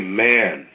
Amen